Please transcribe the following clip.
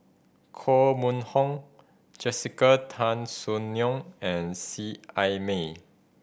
Koh Mun Hong Jessica Tan Soon Neo and Seet Ai Mee